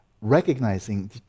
recognizing